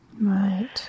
Right